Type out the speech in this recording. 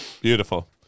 Beautiful